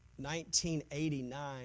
1989